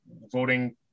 voting